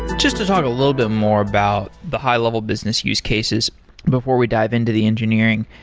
just to talk a little bit more about the high-level business use cases before we dive into the engineering.